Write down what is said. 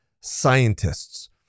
scientists